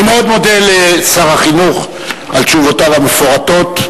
אני מאוד מודה לשר החינוך על תשובותיו המפורטות.